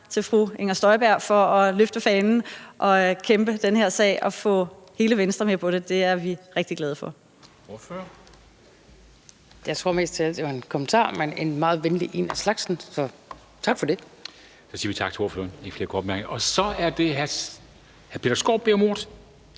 til fru Inger Støjberg for at løfte fanen og kæmpe den her sag og få hele Venstre med på det. Det er vi rigtig glade for.